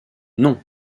non